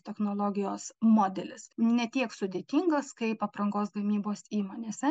technologijos modelis ne tiek sudėtingas kaip aprangos gamybos įmonėse